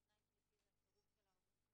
ותנאי שלישי זה הסירוב של ההורים.